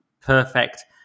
perfect